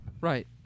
Right